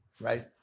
Right